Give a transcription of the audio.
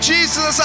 Jesus